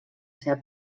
seva